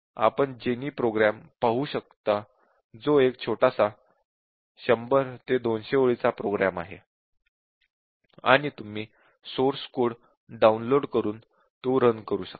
आपण जेनी प्रोग्राम पाहू शकता जो एक छोटासा 100 200 ओळींचा प्रोग्राम आहे आणि तुम्ही सोर्स कोड डाउनलोड करून तो रन करू शकता